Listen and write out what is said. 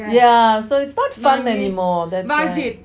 yeah so it's not fun anymore that's why